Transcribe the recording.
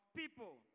people